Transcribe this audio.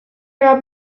are